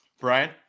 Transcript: Brian